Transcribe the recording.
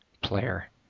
player